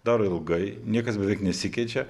daro ilgai niekas beveik nesikeičia